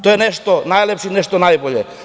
To je nešto najlepše i nešto najbolje.